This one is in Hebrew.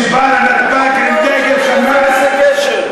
כשבא לנתב"ג עם דגל "חמאס" אולי יש לזה קשר?